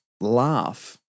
laugh